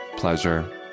pleasure